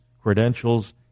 credentials